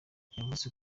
yavuze